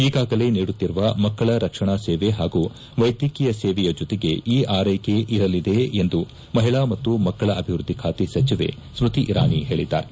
ಈಗಾಗಲೇ ನೀಡುತ್ತಿರುವ ಮಕ್ಕಳ ರಕ್ಷಣಾ ಸೇವೆ ಹಾಗೂ ವೈದ್ಯಕೀಯ ಸೇವೆಯ ಜೊತೆಗೆ ಈ ಆರ್ನೆಕೆ ಇರಲಿದೆ ಎಂದು ಮಹಿಳಾ ಮತ್ತು ಮಕ್ಕಳ ಅಭಿವೃದ್ದಿ ಖಾತೆ ಸಚಿವೆ ಸ್ನತಿ ಇರಾನಿ ಹೇಳಿದ್ದಾರೆ